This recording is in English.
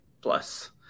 plus